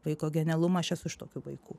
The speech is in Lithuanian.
vaiko genialumą aš esu iš tokių vaikų